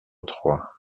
trois